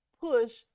push